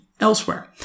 elsewhere